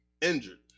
Injured